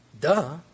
duh